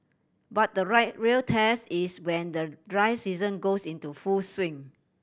but the real real test is when the dry season goes into full swing